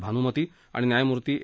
भानुमथी आणि न्यायमुर्ती ए